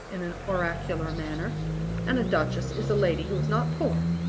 in an oracular manner and a duchess is a lady who is not poor.